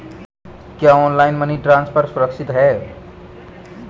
क्या online money transfer सुरक्षित है?